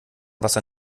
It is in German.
wasser